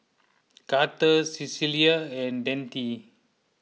Karter Cecelia and Dante